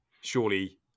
Surely